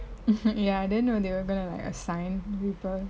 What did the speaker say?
ya I didn't know they were gonna like assign people